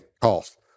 cost